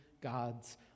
God's